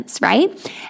right